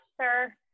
sir